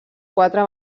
quatre